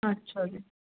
ਅੱਛਾ ਜੀ